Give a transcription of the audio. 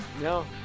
No